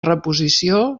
reposició